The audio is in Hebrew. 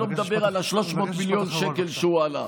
אני לא מדבר על ה-300 מיליון שקל שהוא עלה.